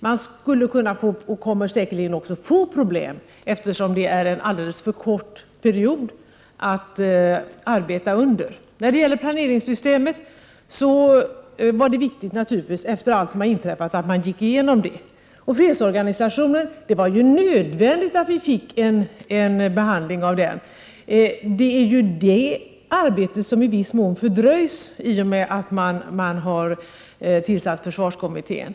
Man kommer säkerligen också att få problem, eftersom det är en alldeles för kort period att arbeta under. Det var naturligtvis viktigt efter allt som har inträffat att man gick igenom planeringssystemet. Det var också nödvändigt att fredsorganisationen behandlades. Det är ju det arbetet som viss mån fördröjs i och med att man har tillsatt försvarskommittén.